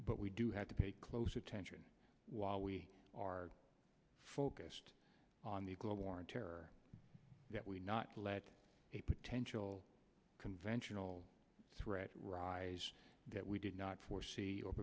but we do have to pay close attention while we are focused on the global war on terror that we not let a potential conventional threat rise that we did not foresee or